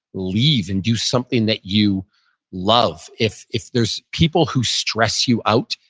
leave and do something that you love. if if there's people who stress you out,